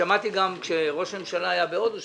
כשראש הממשלה היה בהודו,